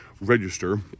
register